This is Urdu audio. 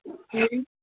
توری